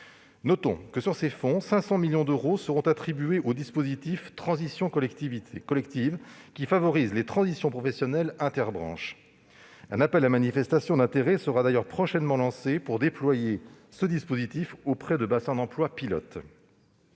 Dans ce cadre, 500 millions d'euros seront attribués au dispositif Transitions collectives, qui favorise les transitions professionnelles interbranches. Un appel à manifestation d'intérêt sera d'ailleurs lancé prochainement pour déployer ce dispositif auprès de bassins d'emplois pilotes.